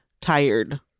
tired